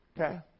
Okay